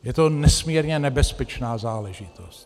Je to nesmírně nebezpečná záležitost.